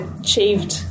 achieved